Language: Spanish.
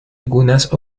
algunas